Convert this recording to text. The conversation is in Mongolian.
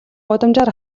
гудамжаар